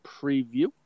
Preview